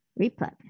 Replug